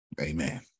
Amen